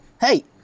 hey